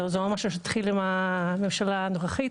זה לא התחיל עם הממשלה הנוכחית.